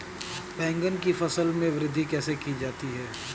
बैंगन की फसल में वृद्धि कैसे की जाती है?